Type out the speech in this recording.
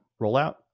rollout